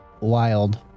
wild